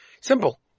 Simple